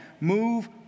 Move